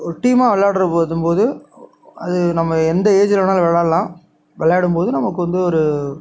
ஒரு டீமாக விளாடுறபோதும்போது அது நம்ம எந்த ஏஜில் வேணாலும் வெளாடலாம் விளாடும்போது நமக்கு வந்து ஒரு